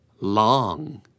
Long